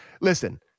listen